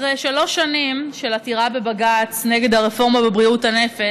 אחרי שלוש שנים של עתירה בבג"ץ נגד הרפורמה בבריאות הנפש,